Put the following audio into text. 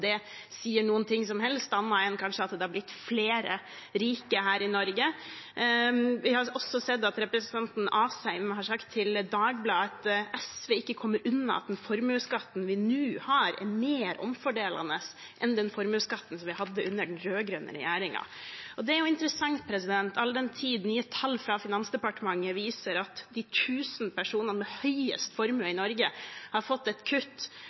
det sier noen ting som helst annet enn at det kanskje er blitt flere rike her i Norge. Vi har også sett at representanten Asheim har sagt til Dagbladet at SV ikke kommer unna at den formuesskatten vi nå har, er mer omfordelende enn den formuesskatten vi hadde under de rød-grønne regjeringen. Det er interessant, all den tid nye tall fra Finansdepartementet viser at de tusen personene med høyest formue i Norge har fått et kutt